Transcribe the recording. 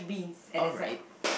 alright